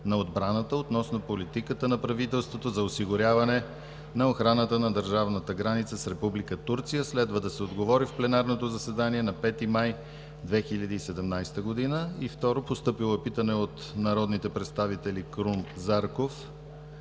на отбраната, относно политиката на правителството за осигуряване на охраната на държавната граница с Република Турция. Следва да се отговори в пленарното заседание на 5 май 2017 г. 2. Постъпило е питане от народния представител Крум Зарков